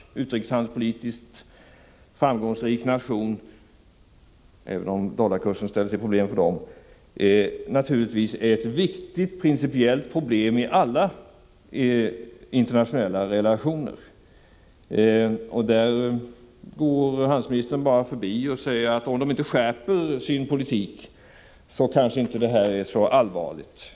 USA är en utrikesoch handelspolitiskt stark och framgångsrik nation, även om dollarkursen ställer till problem. Embargopolitiken är naturligtvis en viktig principiell fråga i alla internationella relationer. Utrikeshandelsministern går bara förbi det och säger i stort sett, att om inte USA skärper sin politik är det här kanske inte så allvarligt.